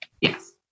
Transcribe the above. Yes